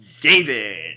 David